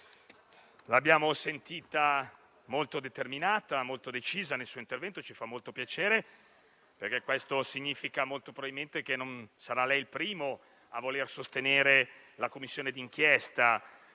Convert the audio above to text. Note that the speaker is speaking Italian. l'abbiamo sentita molto determinata e molto decisa nel suo intervento e ciò ci fa molto piacere perché questo significa molto probabilmente che sarà lei il primo a voler sostenere la Commissione di inchiesta